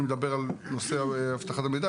אני מדבר על נושא אבטחת המידע.